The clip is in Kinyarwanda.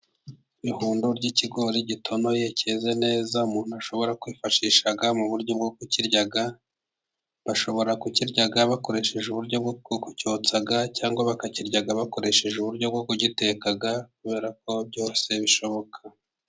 Ihundo ry'ikigori gitonoye cyeze neza, umuntu ashobora kwifashisha mu buryo bwo kukirya bashobora kukirya bakoresheje uburyo bwo kucyotsa cyangwa bakakirya bakoresheje uburyo bwo kugiteka kubera ko byose bishoboka.